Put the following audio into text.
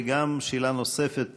וגם שאלה נוספת